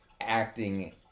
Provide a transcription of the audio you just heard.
acting